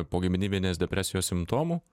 pogimdyvinės depresijos simptomų